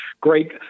great